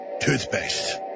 toothpaste